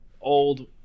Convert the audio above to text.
Old